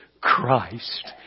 Christ